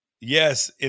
Yes